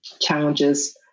challenges